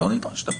לא נדרש.